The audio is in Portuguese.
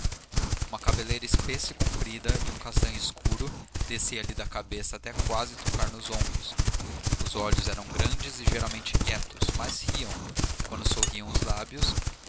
uma cabeleira espessa e comprida de um castanho escuro descia lhe da cabeça até quase tocar nos ombros os olhos eram grandes e geralmente quietos mas riam quando sorriam os lábios